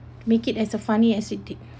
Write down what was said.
make it as a funny as it did